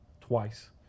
twice